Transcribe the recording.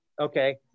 Okay